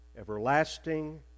everlasting